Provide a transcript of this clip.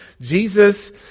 Jesus